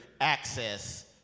access